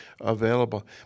available